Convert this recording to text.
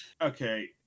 okay